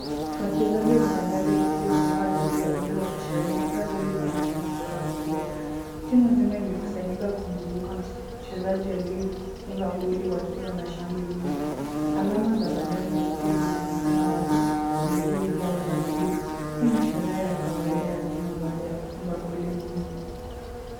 Wachezaji wa Bandari FC wamevaa jezi za buluu wakisherehekea goli pamoja na furaha kubwa. Timu mzima imekusanyika kumzunguka mchezaji aliyefunga goli wakiwa na shangwe nyingi. Alama za Bandari FC zinaonekana wazi kwenye jezi zao za buluu. Hii ni sherehe ya kawaida ya timu baada ya kufunga goli muhimu.